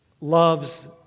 loves